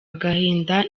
agahinda